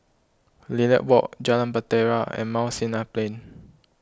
Lilac Walk Jalan Bahtera and Mount Sinai Plain